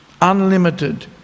unlimited